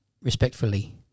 respectfully